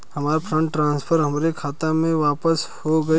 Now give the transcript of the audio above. हमार fund transfer हमरे खाता मे वापस हो गईल